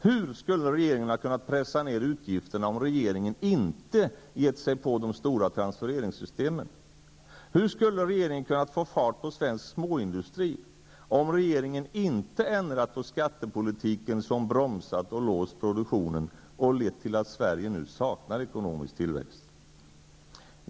Hur skulle regeringen ha kunnat pressa ner utgifterna om regeringen inte givit sig på de stora transfereringssystemen? Hur skulle regeringen ha kunnat få fart på svensk småindustri om regeringen inte ändrat på skattepolitiken, som bromsat och låst produktionen och lett till att Sverige nu saknar ekonomisk tillväxt?